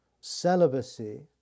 celibacy